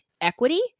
equity